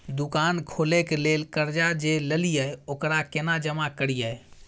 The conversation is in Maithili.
दुकान खोले के लेल कर्जा जे ललिए ओकरा केना जमा करिए?